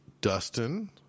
Dustin